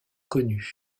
connus